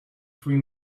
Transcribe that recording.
three